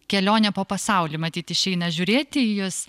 kelionė po pasaulį matyt išeina žiūrėti į jus